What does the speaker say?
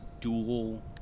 dual